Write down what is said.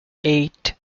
eight